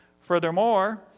Furthermore